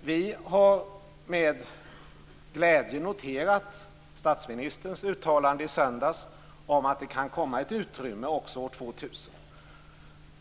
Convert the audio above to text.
Vi har med glädje noterat statsministerns uttalande i söndags om att det kan komma ett utrymme år 2000.